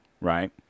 right